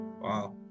Wow